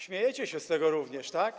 Śmiejecie się z tego również, tak?